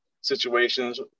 situations